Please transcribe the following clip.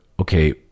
okay